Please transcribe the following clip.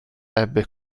ebbe